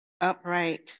upright